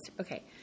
Okay